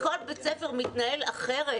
כל בית ספר מתנהל אחרת.